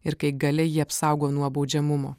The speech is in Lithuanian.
ir kai galia jį apsaugo nuo baudžiamumo